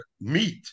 meat